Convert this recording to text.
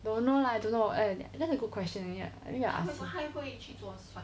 don't know lah don't know eh and that's a good question ya